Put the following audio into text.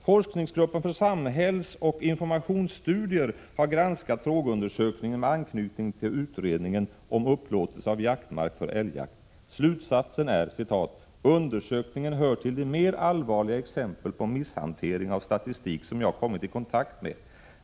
Forskningsgruppen för samhällsoch informationsstudier har granskat frågeundersökningen med anknytning till utredningen om upplåtelse av jaktmark för älgjakt. Slutsatsen är följande: Undersökningen hör till de mera allvarliga exempel på misshantering av statistik som jag har kommit i kontakt med.